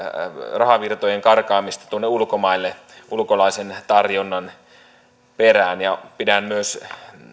rahavirtojen karkaamista tuonne ulkomaille ulkolaisen tarjonnan perään pidän myös